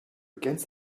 against